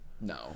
No